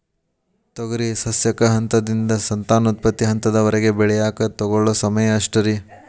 ತೊಗರಿ ಸಸ್ಯಕ ಹಂತದಿಂದ, ಸಂತಾನೋತ್ಪತ್ತಿ ಹಂತದವರೆಗ ಬೆಳೆಯಾಕ ತಗೊಳ್ಳೋ ಸಮಯ ಎಷ್ಟರೇ?